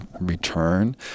return